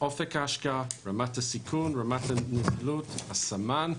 אופק ההשקעה, רמת הסיכון, רמת הנזילות, הסמן.